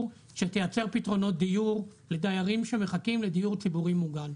שתייצר פתרונות דיור לדיירים שמחכם לדיור ציבורי מוגן,